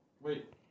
Wait